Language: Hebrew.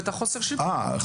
ואת חוסר השוויון.